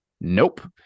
Nope